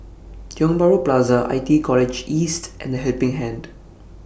Tiong Bahru Plaza I T E College East and The Helping Hand